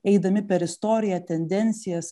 eidami per istoriją tendencijas